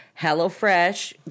HelloFresh